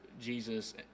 Jesus